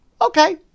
okay